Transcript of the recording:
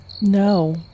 No